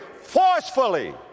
forcefully